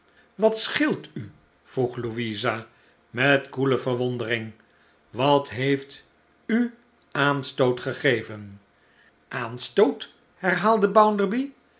wat scheelt u vroeg louisa met koele verwondering wat heeft u aanstoot gegeven aanstoot herhaalde